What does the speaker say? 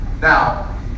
Now